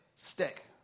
Stick